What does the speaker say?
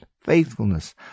faithfulness